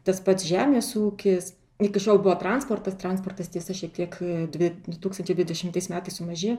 tas pats žemės ūkis iki šiol buvo transportas transportas tiesa šiek tiek dvi du tūkstančiai dvidešimtais metais sumažėjo